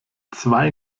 zwei